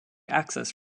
access